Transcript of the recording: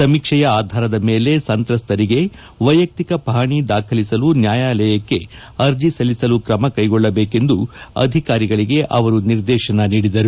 ಸಮೀಕ್ಷೆಯ ಆಧಾರದ ಮೇಲೆ ಸಂತ್ರಸ್ತರಿಗೆ ವೈಯಕ್ತಿಕ ಪಹಣಿ ದಾಖಲಿಸಲು ನ್ಯಾಯಾಲಯಕ್ಕೆ ಅರ್ಜಿ ಸಲ್ಲಿಸಲು ಕ್ರಮ ಕೈಗೊಳ್ಳಬೇಕೆಂದು ಅಧಿಕಾರಿಗಳಿಗೆ ಅವರು ನಿರ್ದೇಶನ ನೀಡಿದರು